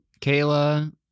Kayla